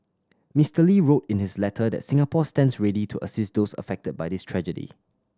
Mister Lee wrote in his letter that Singapore stands ready to assist those affected by this tragedy